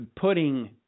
putting –